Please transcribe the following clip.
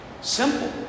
Simple